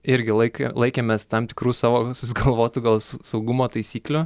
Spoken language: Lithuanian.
irgi laikė laikėmės tam tikrų savo susigalvotų gal sau saugumo taisyklių